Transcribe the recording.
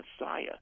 Messiah